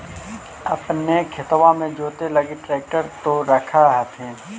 अपने खेतबा मे जोते लगी ट्रेक्टर तो रख होथिन?